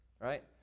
Right